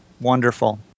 Wonderful